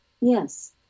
Yes